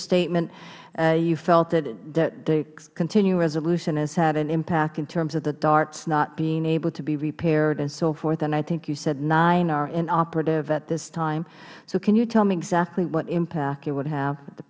statement you felt the continuing resolution has had an impact in terms of the darts not being able to be repaired and so forth i think you said nine are inoperative at this time so can you tell me exactly what impact it would have